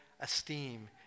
esteem